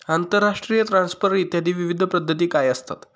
आंतरराष्ट्रीय ट्रान्सफर इत्यादी विविध पद्धती काय असतात?